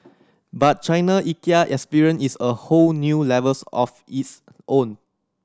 but China's Ikea experience is a whole new levels of its own